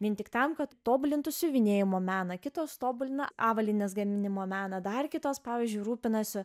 vien tik tam kad tobulintų siuvinėjimo meną kitos tobulina avalynės gaminimo meną dar kitos pavyzdžiui rūpinasi